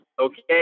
Okay